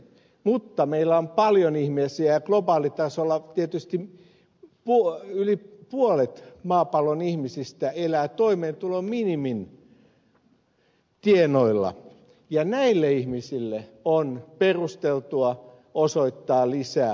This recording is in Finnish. mutta meillä on paljon ihmisiä globaalitasolla yli puolet maapallon ihmisistä elää toimeentulon minimin tienoilla ja näille ihmisille on perusteltua osoittaa lisää ostovoimaa